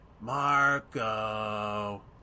Marco